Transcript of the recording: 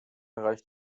reicht